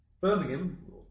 Birmingham